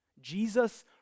Jesus